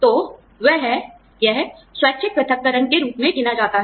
तो वह है यह स्वैच्छिक पृथक्करण के रूप में गिना जाता है